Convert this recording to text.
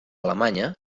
alemanya